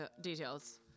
details